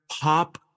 pop